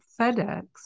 FedEx